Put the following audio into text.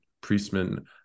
Priestman